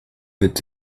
wird